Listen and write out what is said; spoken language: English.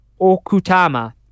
Okutama